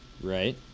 Right